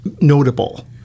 notable